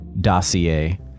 dossier